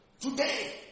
Today